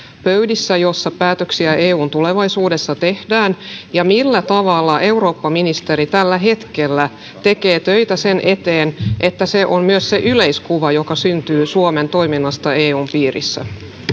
pöydissä joissa päätöksiä eun tulevaisuudesta tehdään ja millä tavalla eurooppaministeri tällä hetkellä tekee töitä sen eteen että se on myös se yleiskuva joka syntyy suomen toiminnasta eun piirissä